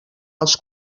els